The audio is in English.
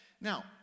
Now